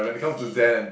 and he